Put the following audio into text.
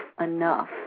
Enough